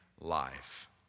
life